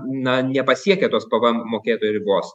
na nepasiekia tos pvm mokėtojo ribos